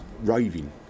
raving